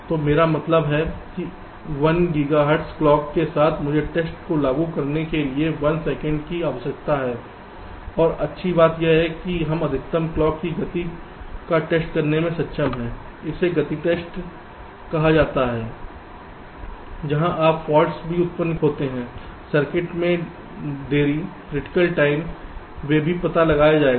तो मेरा मतलब है कि 1 गीगाहर्ट्ज़ क्लॉक के साथ मुझे टेस्ट को लागू करने के लिए केवल 1 सेकंड की आवश्यकता है और अच्छी बात यह है कि हम अधिकतम क्लॉक की गति का टेस्ट करने में सक्षम हैं इसे गति टेस्ट कहा जाता है जहां कुछ फॉल्ट्स भी उत्पन्न होते हैं सर्किट में देरी क्रिटिकल टाइम वे भी पता लगाया जाएगा